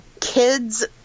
kids